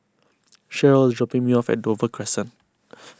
Sheryl is dropping me off at Dover Crescent